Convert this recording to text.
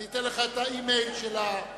אני אתן לך את האימייל של השר,